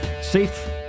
safe